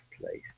place